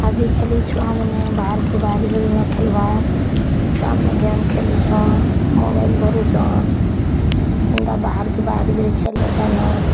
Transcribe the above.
ଆଜିକାଲି ଛୁଆମାନେ ବାହରକେ ବାହାରିକି ନେଇ ଖେଲ୍ବା ଛୁଆ ମାନେ ଗେମ୍ ଖେଲୁଛନ୍ ମୋବାଇଲ୍ ଧରୁଛନ୍ ଏନ୍ତା ବାହାରକୁ ବାହାରିକିରି ଖେଳିଲେ କେନ